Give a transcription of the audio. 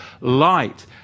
light